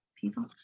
people